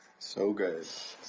so good.